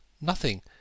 Nothing